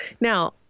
Now